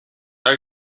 are